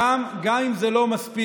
גם אם זה לא מספיק,